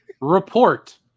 report